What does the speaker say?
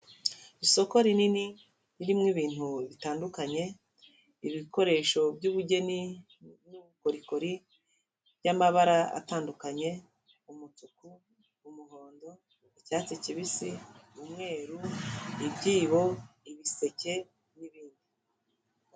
isoko rinini ririmo ibintu bitandukanye, ibikoresho by'ubugeni, n'ubukorikori by'amabara atandukanye, umutuku; umuhondo; icyatsi kibisi; umweru, ibyibo, ibiseke n'ibindi.